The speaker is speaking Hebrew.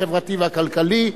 החברתי והכלכלי.